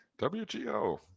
WGO